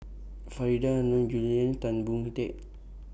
Faridah Hanum Julian Tan Boon Teik